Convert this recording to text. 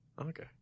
Okay